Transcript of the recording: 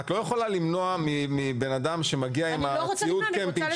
את לא יכולה למנוע מבן אדם שמגיע עם ציוד הקמפינג